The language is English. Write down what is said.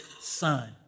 son